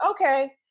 okay